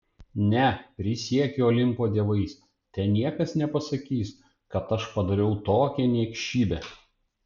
ne prisiekiu olimpo dievais te niekas nepasakys kad aš padariau tokią niekšybę